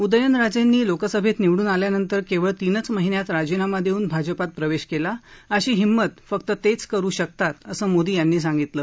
उदनयराजेंनी लोकसभेत निवडून आल्यानंतर केवळ तीनच महिन्यात राजीनामा देऊन भाजपात प्रवेश केला अशी हिम्मत फक्त तेच करू शकतात असं मोदी यांनी सांगितलं